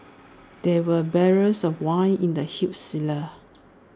there were barrels of wine in the huge cellar